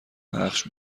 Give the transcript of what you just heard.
پخش